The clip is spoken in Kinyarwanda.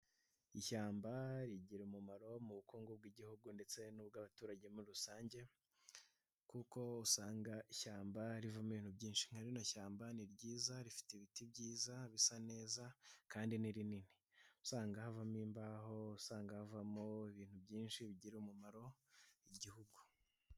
Ishyamba rigira umumaro mu bukungu bw'igihugu ndetse n'ubw'abaturage muri rusange, kuko usanga ishyamba rivamo ibintu byinshi, nka rino shyamba ni ryiza rifite ibiti byiza bisa neza, kandi ni rinini usanga havamo imbaho, usanga havamo ibintu byinshi bigirira umumaro igihugu.